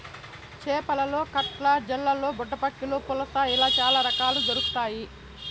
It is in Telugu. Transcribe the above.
చేపలలో కట్ల, జల్లలు, బుడ్డపక్కిలు, పులస ఇలా చాల రకాలు దొరకుతాయి